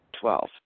Twelve